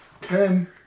Ten